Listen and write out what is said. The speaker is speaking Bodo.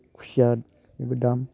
खुसिया बेबो दाम